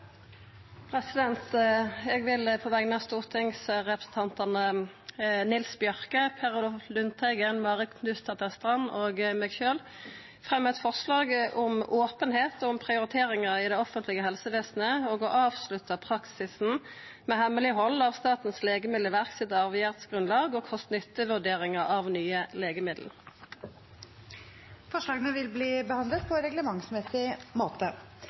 Eg vil på vegner av stortingsrepresentantane Nils T. Bjørke, Per Olaf Lundteigen, Marit Knutsdatter Strand og meg sjølv fremja forslag om openheit om prioriteringar i det offentlege helsevesenet og å avslutta praksisen med hemmeleghald av Statens Legemiddelverk sitt avgjerdsgrunnlag og kost–nytte-vurderingar av nye legemiddel. Forslagene vil bli behandlet på reglementsmessig måte.